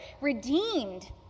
redeemed